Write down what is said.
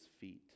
feet